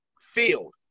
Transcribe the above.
field